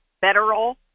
federal